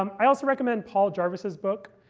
um i also recommend paul jarvis's book.